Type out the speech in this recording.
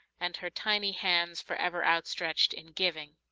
and her tiny hands forever outstretched in giving.